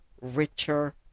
richer